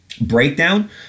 breakdown